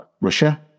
Russia